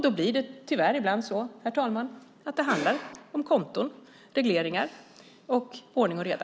Då blir det tyvärr ibland så, herr talman, att det handlar om konton, regleringar och ordning och reda.